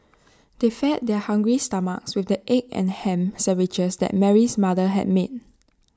they fed their hungry stomachs with the egg and Ham Sandwiches that Mary's mother had made